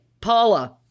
Paula